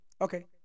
Okay